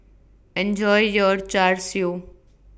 Enjoy your Char Siu